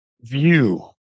view